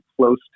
close